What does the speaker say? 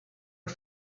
are